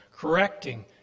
correcting